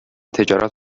تجارت